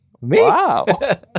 Wow